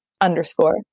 underscore